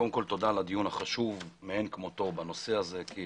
תודה על הדיון החשוב מאין כמותו בנושא הזה, כי